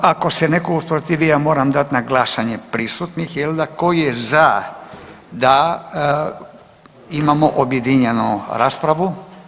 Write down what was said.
Ako se netko usprotivi ja moram dati na glasanje prisutnih tko je za da imamo objedinjenu raspravu?